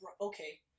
okay